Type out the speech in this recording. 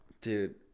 Dude